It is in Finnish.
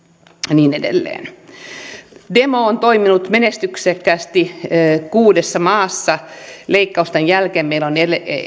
niin edelleen demo on toiminut menestyksekkäästi kuudessa maassa leikkausten jälkeen meillä on